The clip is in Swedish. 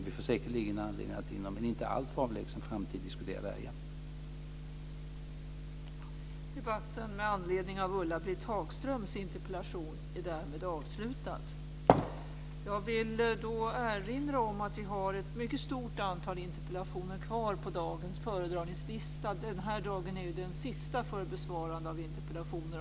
Vi får säkerligen anledning att inom en inte alltför avlägsen framtid diskutera detta igen.